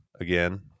again